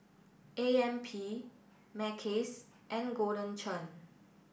A M P Mackays and Golden Churn